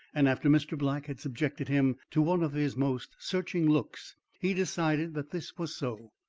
and after mr. black had subjected him to one of his most searching looks he decided that this was so,